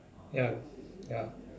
ya ya